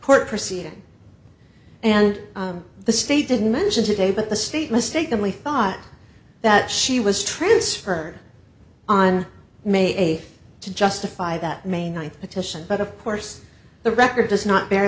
court proceeding and the state didn't mention today but the state mistakenly thought that she was transferred on may eighth to justify that may ninth petition but of course the record does not